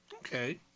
Okay